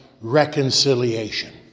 reconciliation